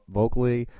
vocally